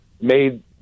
made